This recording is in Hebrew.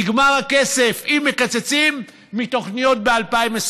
נגמר הכסף, אם מקצצים מתוכניות ב-2021.